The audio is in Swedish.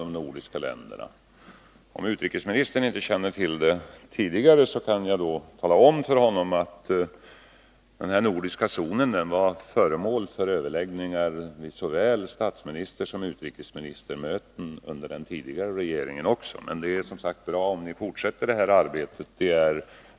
Jag kan tala om för utrikesministern, om han inte redan känner till det, att frågan om en nordisk zon varit föremål för överläggningar vid såväl statsministermöten som utrikesministermöten också under den förra regeringens tid. Men det är, som sagt, bra om ni fortsätter det påbörjade arbetet.